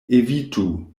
evitu